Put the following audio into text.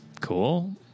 cool